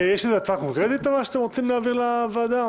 יש לכם הצעה קונקרטית שאתם רוצים להעביר לוועדה?